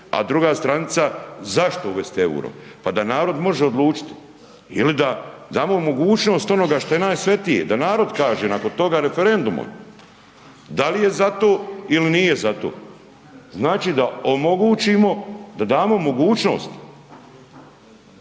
a druga stranica zašto uvesti euro, pa da narod može odlučiti. Ili da damo mogućnost onoga što je najsvetije da narod kaže nakon toga referendumom da li je za to ili nije za to. Znači da omogućimo, da damo mogućnost.